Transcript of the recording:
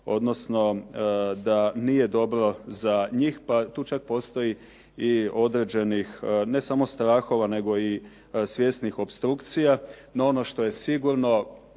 odnosno da nije dobro za njih pa tu čak postoji i određenih ne samo strahova, nego i svjesnih opstrukcija. No ono što je sigurno,